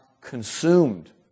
consumed